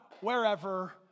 wherever